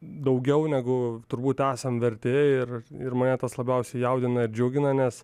daugiau negu turbūt esam verti ir ir mane tas labiausiai jaudina ir džiugina nes